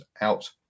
out